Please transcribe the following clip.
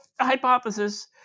hypothesis